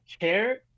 chair